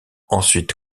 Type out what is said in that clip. ensuite